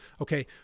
Okay